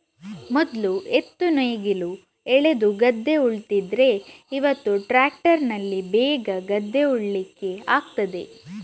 ಮೊದ್ಲು ಎತ್ತು ನೇಗಿಲು ಎಳೆದು ಗದ್ದೆ ಉಳ್ತಿದ್ರೆ ಇವತ್ತು ಟ್ರ್ಯಾಕ್ಟರಿನಲ್ಲಿ ಬೇಗ ಗದ್ದೆ ಉಳ್ಳಿಕ್ಕೆ ಆಗ್ತದೆ